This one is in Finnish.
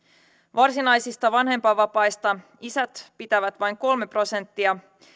varsinaisista vanhempainvapaista isät pitävät vain kolme prosenttia